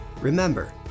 Remember